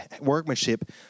workmanship